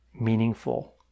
meaningful